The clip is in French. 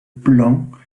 blanc